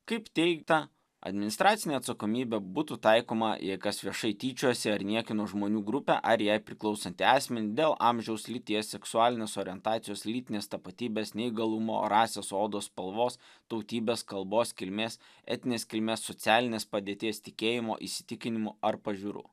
kaip teigta administracinė atsakomybė būtų taikoma jei kas viešai tyčiojosi ar niekino žmonių grupę ar jai priklausantį asmenį dėl amžiaus lyties seksualinės orientacijos lytinės tapatybės neįgalumo rasės odos spalvos tautybės kalbos kilmės etninės kilmės socialinės padėties tikėjimo įsitikinimų ar pažiūrų